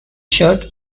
shirt